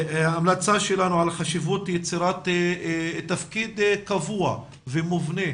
ההמלצה שלנו על חשיבות יצירת תפקיד קבוע ומובנה